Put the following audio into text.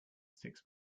six